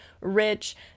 rich